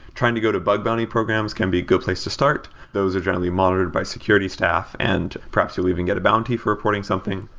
trying to go to bug bounty programs can be a good place to start. those are generally monitored by security staff and perhaps who even get a bounty for reporting something.